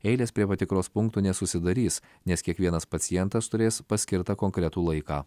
eilės prie patikros punktų nesusidarys nes kiekvienas pacientas turės paskirtą konkretų laiką